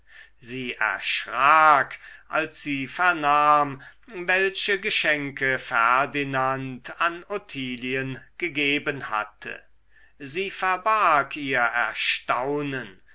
sie erschrak als sie vernahm welche geschenke ferdinand an ottilien gegeben hatte sie verbarg ihr erstaunen